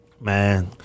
Man